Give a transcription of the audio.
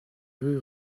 rue